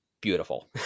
beautiful